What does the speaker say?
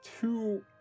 two